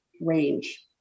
range